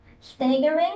staggering